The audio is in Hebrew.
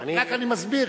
רק אני מסביר,